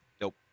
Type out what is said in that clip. Nope